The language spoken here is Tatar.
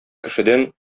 кешедән